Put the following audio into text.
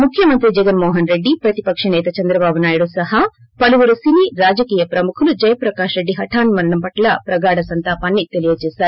ముఖ్యమంత్రి జగన్మోహన్ రెడ్లి ప్రతిపక్ష నేత చంద్రబాబు నాయుడు సహా పలువురు సినీ రాజకీయ ప్రముఖులు జయప్రకాష్ రెడ్డి హఠాన్మ రణం పట్ల తమ ప్రగాఢ సంతాపాన్ని తెలియజేశారు